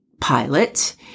pilot